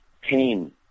pain